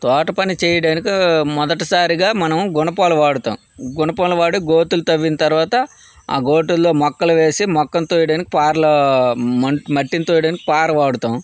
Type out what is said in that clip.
తోట పని చేయడానికి మొదటిసారిగా మనం గునపాలు వాడుతాం గునపాలు వాడి గోతులు తవ్విన తరువాత ఆ గోతుల్లో మొక్కలు వేసి మొక్కని తోయడానికి పారలు మన్ మట్టిని తోయడానికి పార వాడుతాం